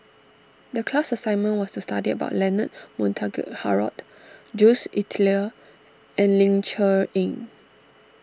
the class assignment was to study about Leonard Montague Harrod Jules Itier and Ling Cher Eng